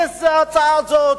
איזה הצעה זאת,